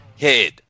head